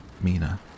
Mina